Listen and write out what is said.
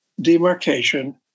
demarcation